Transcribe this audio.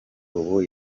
ubu